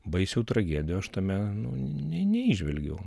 baisių tragedijų aš tame ne neįžvelgiau